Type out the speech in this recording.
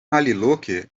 aliloke